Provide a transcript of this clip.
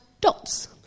dots